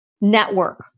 network